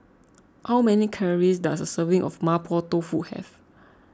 how many calories does a serving of Mapo Tofu have